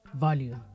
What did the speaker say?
Volume